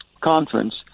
conference